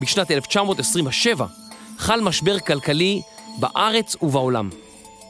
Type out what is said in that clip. בשנת 1927 חל משבר כלכלי בארץ ובעולם.